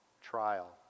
trial